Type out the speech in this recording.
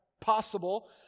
possible